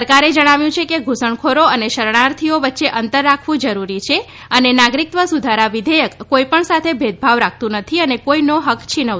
સરકારે જણાવ્યું છે કે ધુસણખોરો અને શરણાર્થીઓ વચ્ચે અંતર રાખવું જરૂરી છે અને નાગરિકત્વ સુધારા વિઘેયક કોઈપણ સાથે ભેદભાવ રાખતું નથી અને કોઈનો હક છીનવતું નથી